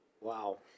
Wow